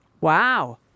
Wow